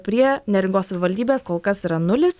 prie neringos savivaldybės kol kas yra nulis